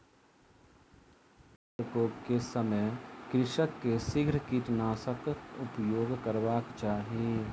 कीट प्रकोप के समय कृषक के शीघ्र कीटनाशकक उपयोग करबाक चाही